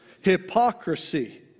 Hypocrisy